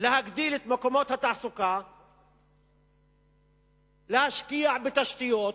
להגדיל את מספר מקומות התעסוקה ולהשקיע בתשתיות